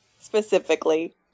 specifically